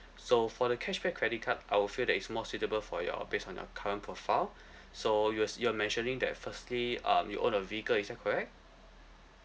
so for the cashback credit card I will feel that is more suitable for your based on your current profile so you were s~ you were mentioning that firstly um you own a vehicle is that correct